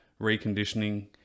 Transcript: reconditioning